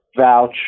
vouch